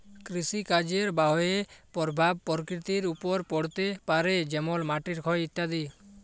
কৃষিকাজের বাহয়ে পরভাব পরকৃতির ওপর পড়তে পারে যেমল মাটির ক্ষয় ইত্যাদি